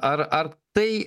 ar ar tai